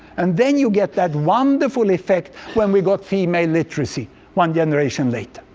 and then you get that wonderful effect when we got female literacy one generation later.